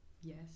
Yes